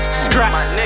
scraps